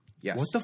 Yes